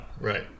right